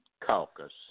caucus